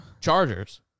Chargers